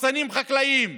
מחסנים חקלאיים,